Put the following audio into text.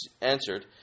answered